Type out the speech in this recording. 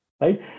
right